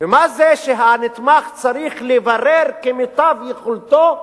ומה זה שהנתמך צריך לברר כמיטב יכולתו,